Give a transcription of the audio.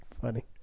funny